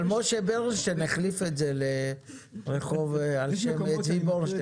אבל משה בורנשטיין החליף את זה לצבי בורנשטיין.